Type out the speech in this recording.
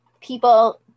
people